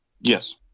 Yes